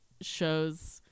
shows